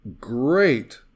great